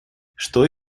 что